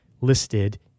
listed